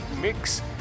mix